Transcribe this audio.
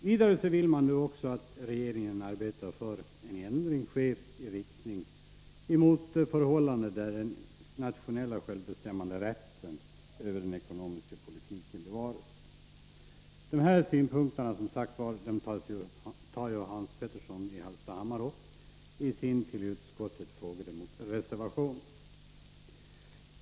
Vidare vill vpk att regeringen skall arbeta för att en ändring skall ske i riktning mot förhållanden där den nationella självbestämmanderätten i vad avser den ekonomiska politiken bevaras. Dessa synpunkter tar Hans Petersson i Hallstahammar också upp i sin till betänkandet fogade reservation.